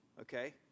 okay